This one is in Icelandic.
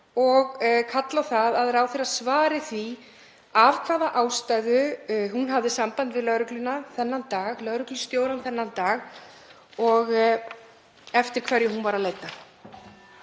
og kalla á það að ráðherra svari því af hvaða ástæðu hún hafði samband við lögreglustjóra þennan dag og eftir hverju hún var að leita.